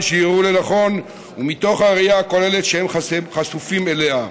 שיראו לנכון ומתוך הראייה הכוללת שהם חשופים אליה.